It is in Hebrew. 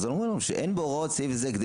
אז הם אומרים לנו: שאין בהוראות סעיף זה כדי